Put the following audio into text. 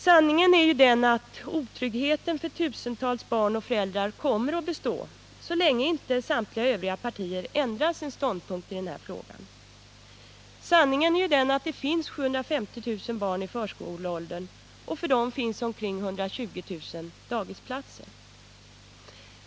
Sanningen är den att otryggheten för tusentals barn och föräldrar kommer att bestå så länge inte samtliga övriga partier ändrar sin ståndpunkt i denna fråga. Sanningen är den att det finns 750 000 barn i förskoleåldern och att det för dem finns omkring 120000 daghemsplatser.